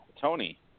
Tony